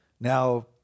Now